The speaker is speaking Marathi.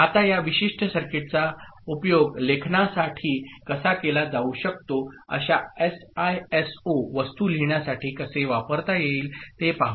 आता या विशिष्ट सर्किटचा उपयोग लेखनासाठी कसा केला जाऊ शकतो अशा एसआयएसओ वस्तू लिहिण्यासाठी कसे वापरता येईल ते पाहू